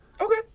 Okay